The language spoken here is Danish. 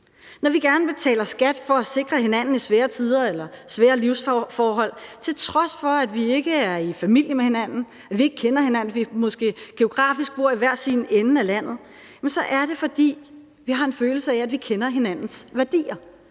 Når vi gerne betaler skat for at sikre hinanden i svære tider eller svære livsforhold, til trods for at vi ikke er i familie med hinanden, at vi ikke kender hinanden, at vi måske geografisk bor i hver sin ende af landet, så er det, fordi vi har en følelse af, at vi kender hinandens værdier.